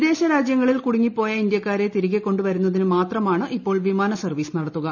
വിദേശരാജ്യങ്ങളിൽ കുടുങ്ങിപ്പോയ ഇന്ത്യക്കാരെ തിരികെ കൊണ്ടു വരുന്നതിന് മാത്രമാണ് ഇപ്പോൾ വിമാനസർവ്വീസ് നടത്തുക